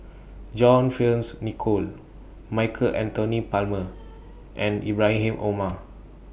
John Fearns Nicoll Michael Anthony Palmer and Ibrahim Omar